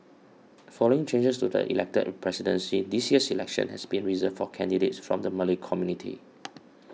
following changes to the elected a presidency this year's election has been reserved for candidates from the Malay community